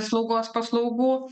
slaugos paslaugų